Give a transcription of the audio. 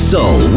Soul